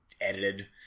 edited